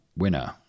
winner